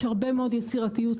יש הרבה מאוד יצירתיות,